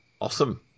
Awesome